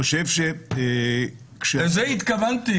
חבר הכנסת דיכטר,